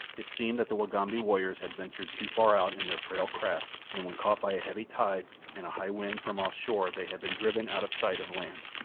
it seemed that the wagambi warriors had ventured too far out in their frail craft, and when caught by a heavy tide and a high wind from off-shore they had been driven out of sight of land.